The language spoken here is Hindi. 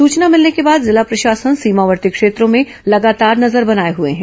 सूचना मिलने के बाद जिला प्रशासन सीमावर्ती क्षेत्रों में लगातार नजर बनाए हए हैं